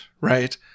right